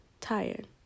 tired